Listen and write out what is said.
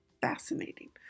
fascinating